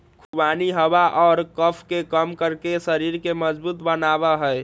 खुबानी हवा और कफ के कम करके शरीर के मजबूत बनवा हई